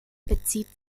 bezieht